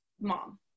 mom